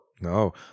no